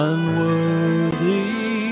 Unworthy